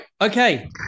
Okay